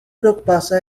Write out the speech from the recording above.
preocupação